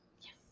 Yes